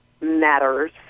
matters